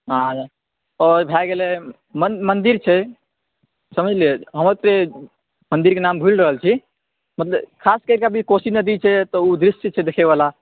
हाँ आओर भए गेलै मन्दिर छै समझलियै मन्दिरके नाम भुलि रहल छी खास कए कऽ अभी कोशी नदी छै तऽ उ दृष्टि छै देखैवला